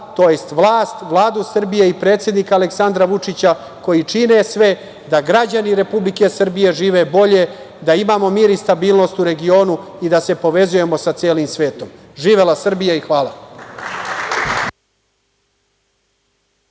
onu vlast, tj. Vladu Srbije i predsednika Aleksandra Vučića koji čine sve da građani Republike Srbije žive bolje, da imamo mir i stabilnost u regionu i da se povezujemo sa celim svetom. Živela Srbija. Hvala.